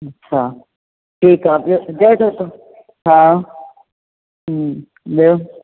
अच्छा ठीकु आहे हां हूं ॿियो